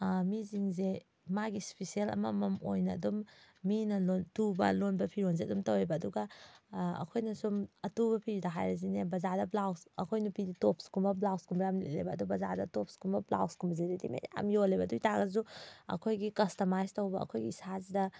ꯃꯤꯁꯤꯡꯁꯦ ꯃꯥꯒꯤ ꯏꯁꯄꯤꯁꯦꯜ ꯑꯃꯃꯝ ꯑꯣꯏꯅ ꯑꯗꯨꯝ ꯃꯤꯅ ꯇꯨꯕ ꯂꯣꯟꯕ ꯐꯤꯔꯣꯜꯁꯦ ꯑꯗꯨꯝ ꯇꯧꯋꯦꯕ ꯑꯗꯨꯒ ꯑꯩꯈꯣꯏꯅ ꯁꯨꯝ ꯑꯇꯨꯕ ꯐꯤꯗ ꯍꯥꯏꯔꯁꯤꯅꯦ ꯕꯖꯥꯔꯗ ꯕ꯭ꯂꯥꯎꯁ ꯑꯩꯈꯣꯏ ꯅꯨꯄꯤꯗꯤ ꯇꯣꯞꯁꯀꯨꯝꯕ ꯕ꯭ꯂꯥꯎꯁꯀꯨꯝꯕ ꯌꯥꯝ ꯂꯤꯠꯂꯦꯕ ꯑꯗꯣ ꯕꯖꯥꯔꯗ ꯇꯣꯞꯁꯀꯨꯝꯕ ꯕ꯭ꯂꯥꯎꯁꯀꯨꯝꯕꯁꯦ ꯔꯦꯗꯤꯃꯦꯗ ꯌꯥꯝ ꯌꯣꯜꯂꯦꯕ ꯑꯗꯨ ꯑꯣꯏ ꯇꯥꯔꯁꯨ ꯑꯩꯈꯣꯏꯒꯤ ꯀꯁꯇꯃꯥꯏꯖ ꯇꯧꯕ ꯑꯩꯈꯣꯏ ꯏꯁꯥꯁꯤꯗ